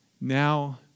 now